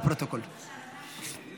שלושה נגד.